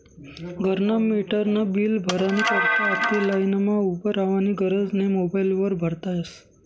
घरना मीटरनं बील भरानी करता आते लाईनमा उभं रावानी गरज नै मोबाईल वर भरता यस